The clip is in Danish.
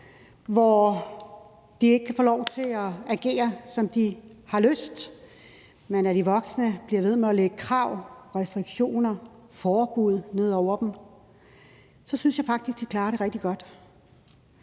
hvor de ikke kan få lov til at agere, som de har lyst, men at de voksne bliver ved med at lægge krav, restriktioner, forbud ned over dem, så synes jeg faktisk, de klarer det rigtig godt.